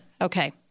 Okay